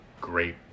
great